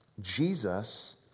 Jesus